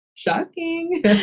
Shocking